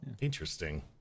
interesting